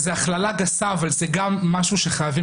זאת הכללה גסה אבל זה גם משהו שחייבים